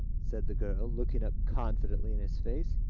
said the girl, looking up confidently in his face.